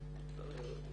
סמוטריץ.